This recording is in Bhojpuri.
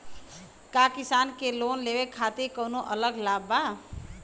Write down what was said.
का किसान के लोन लेवे खातिर कौनो अलग लाभ बा?